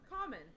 common